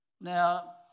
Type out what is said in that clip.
Now